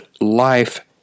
life